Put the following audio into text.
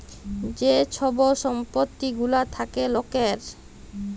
যে ছব সম্পত্তি গুলা থ্যাকে লকের